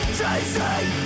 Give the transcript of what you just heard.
Chasing